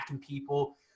people